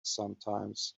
sometimes